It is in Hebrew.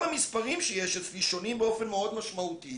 גם המספרים שיש אצלי שונים באופן מאוד משמעותי